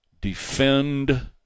Defend